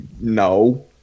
no